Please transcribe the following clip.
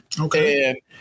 Okay